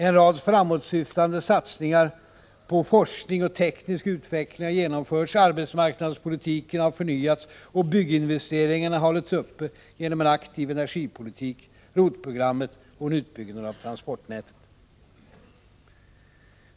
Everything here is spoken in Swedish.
En rad framåtsyftande satsningar på forskning och teknisk utveckling har genomförts, arbetsmarknadspolitiken har förnyats, och bygginvesteringarna har hållits uppe genom en aktiv energipolitik, ROT programmet och en utbyggnad av transportnätet.